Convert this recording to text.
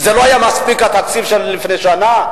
לא היה מספיק התקציב לפני שנה?